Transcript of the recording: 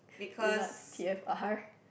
you know what's t_f_r